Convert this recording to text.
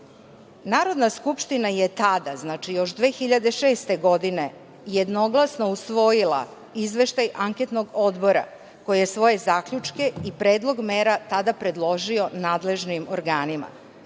skupština je tada, znači, još 2006. godine jednoglasno usvojila izveštaj Anketnog odbora koji je svoje zaključke i predlog mera tada predložio nadležnim organima. Takođe,